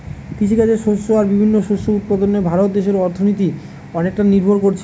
কৃষিকাজের শস্য আর বিভিন্ন শস্য উৎপাদনে ভারত দেশের অর্থনীতি অনেকটা নির্ভর কোরছে